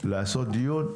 לעשות דיון,